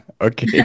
okay